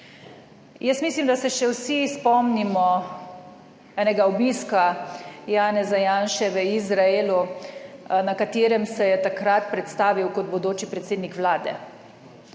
Jaz mislim, da se še vsi spomnimo enega obiska Janeza Janše v Izraelu, na katerem se je takrat predstavil kot bodoči predsednik vlade,